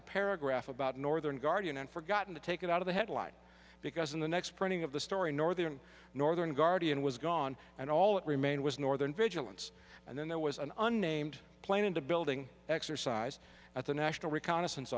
a paragraph about northern guardian and forgotten to take it out of the headline because in the next printing of the story northern northern guardian was gone and all that remained was northern vigilance and then there was an unnamed plane into building exercise at the national reconnaissance